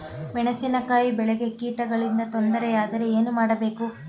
ಮೆಣಸಿನಕಾಯಿ ಬೆಳೆಗೆ ಕೀಟಗಳಿಂದ ತೊಂದರೆ ಯಾದರೆ ಏನು ಮಾಡಬೇಕು?